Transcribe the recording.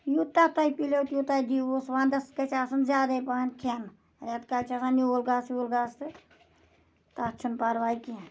یوٗتاہ تۄہہِ پِلیو تیوٗتاہ دیٖوُس وَندَس گژھِ آسُن زیادَے پہَن کھیٚن رٮ۪تہٕ کالہِ چھِ آسان نیوٗل گاسہٕ ویوٗل گاسہٕ تَتھ چھُنہٕ پَرواے کینٛہہ